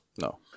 no